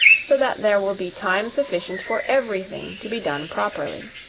so that there will be time sufficient for every thing to be done properly.